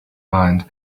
mind